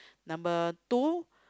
number two